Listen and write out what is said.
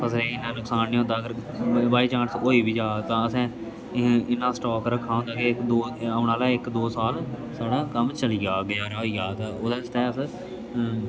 फसलें इन्ना नुकसान नी होंदा अगर बाइचांस होई बी जा तां असें एह् इन्ना स्टाक रक्खा होंदा के दो औन आह्ला इक दो साल साढ़ा कम्म चली जाह्ग गजारा होई जाह्ग ओह्दे आस्तै अस